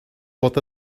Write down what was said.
mod